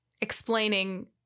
explaining